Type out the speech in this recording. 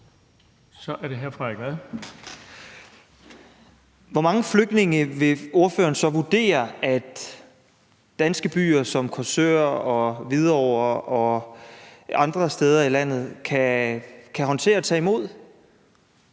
Hvor mange flygtninge vil ordføreren så vurdere at danske byer som Korsør og Hvidovre og andre steder i landet kan håndtere at tage imod?